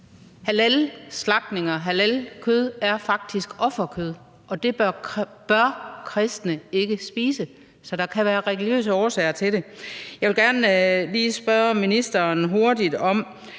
Halalslagtninger, halalkød, er faktisk offerkød, og det bør kristne ikke spise. Så der kan være religiøse årsager til det. Jeg vil gerne lige spørge ministeren hurtigt i